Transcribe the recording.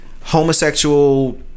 homosexual